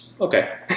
okay